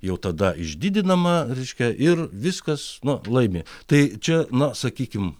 jau tada išdidinama reiškia ir viskas nu laimi tai čia na sakykime